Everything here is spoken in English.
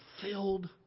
filled